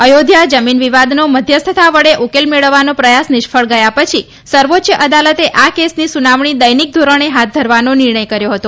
અદ્યોધ્યા જમીન વિવાદનો મધ્યસ્થતા વડે ઉકેલ મેળવવાનો પ્રથાસ નિષ્ફળ ગયા પછી સર્વોચ્ય અદાલતે આ કેસની સુનાવણી દૈનિક ધોરણે હાથ ધરવાનો નિર્ણય કર્યો હતો